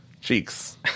cheeks